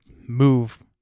move